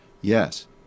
Yes